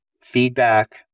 feedback